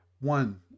one